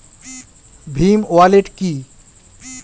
Bhim wallet কি?